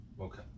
Okay